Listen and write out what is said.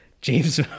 James